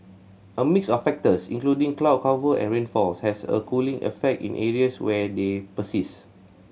a mix of factors including cloud cover and rainfalls has a cooling effect in areas where they persist